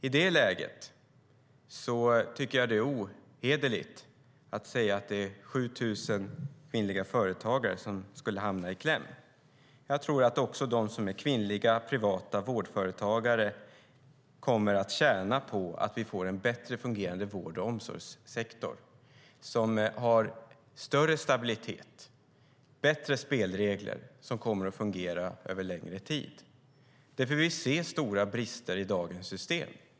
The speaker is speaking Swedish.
I det läget tycker jag att det är ohederligt att säga att det är 7 000 kvinnliga företagare som skulle hamna i kläm. Jag tror att också kvinnliga privata vårdföretagare kommer att tjäna på att vi får en bättre fungerade vård och omsorgssektor som har större stabilitet och bättre spelregler som kommer att fungera över längre tid. Vi ser stora brister i dagens system.